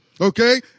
okay